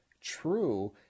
true